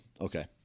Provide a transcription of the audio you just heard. Okay